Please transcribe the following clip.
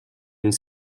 une